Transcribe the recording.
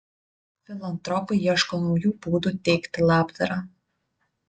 filantropai ieško naujų būdų teikti labdarą